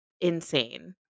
insane